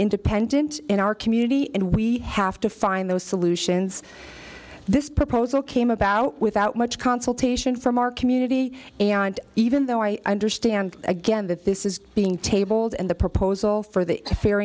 independent in our community and we have to find those solutions this proposal came about without much consultation from our community even though i understand again that this is being tabled and the proposal for the fare